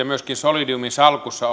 myöskin solidiumin salkussa